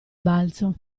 balzo